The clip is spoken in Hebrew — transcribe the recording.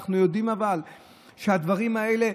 אבל אנחנו יודעים שהדברים האלה,